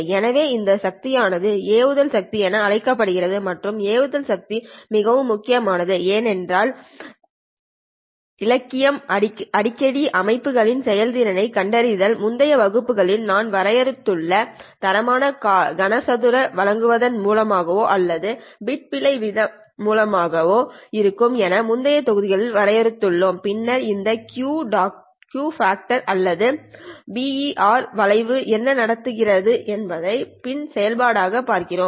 எனவே இந்த சக்தி ஆனது ஏவுதல் சக்தி என அழைக்கப்படுகிறது மற்றும் ஏவுதல் சக்தி மிகவும் முக்கியமானது ஏனென்றால் இலக்கியம் அடிக்கடி அமைப்புகளின் செயல்திறனைக் கண்டறிந்தால் முந்தைய வகுப்புகளில் நாம் வரையறுத்துள்ள தரமான காரணி கன சதுரம் வழங்குவதன் மூலமாவோ அல்லது பிட் பிழை வீதம் வழங்குவதன் மூலமாவோ இருக்கும் என முந்தைய தொகுதிகளில் வரையறுத்துள்ளோம் பின்னர் இந்த Q பாக்டர் அல்லது BER வளைவு என்ன நடக்கிறது என்பதைப் பின் செயல்பாடாகப் பார்க்கிறோம்